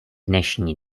dnešní